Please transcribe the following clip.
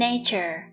Nature